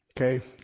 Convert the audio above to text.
Okay